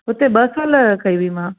हुते ॿ साल कयी हुई मां